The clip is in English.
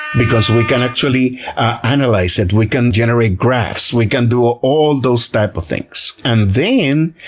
because we can actually analyze it. we can generate graphs. we can do ah all those types of things. and then,